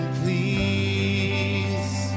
please